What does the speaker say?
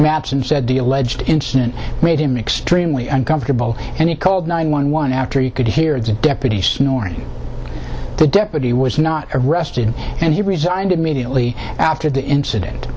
wraps and said the alleged incident made him extremely uncomfortable and he called nine one one after he could hear the deputy snoring the deputy was not arrested and he resigned immediately after the incident